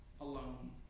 alone